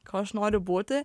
ko aš noriu būti